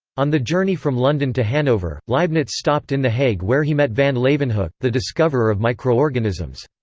on the journey from london to hanover, leibniz stopped in the hague where he met van leeuwenhoek, the discoverer of microorganisms.